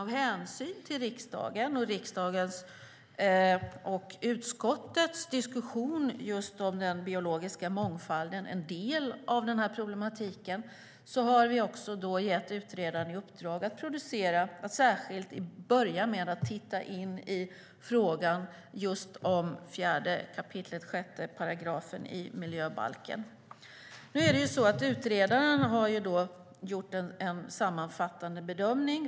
Av hänsyn till riksdagen och riksdagens och utskottets diskussion om just den biologiska mångfalden, som är en del av problematiken, har vi också gett utredaren i uppdrag att särskilt börja med att titta på frågan om just 4 kap. 6 § miljöbalken. Utredaren har gjort en sammanfattande bedömning.